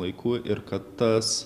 laikų ir kad tas